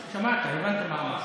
שמעת, הבנת מה אמרתי.